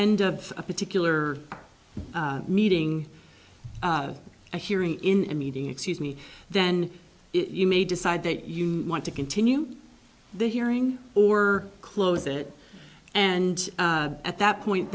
end of a particular meeting a hearing in a meeting excuse me then you may decide that you want to continue the hearing or close it and at that point